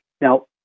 Now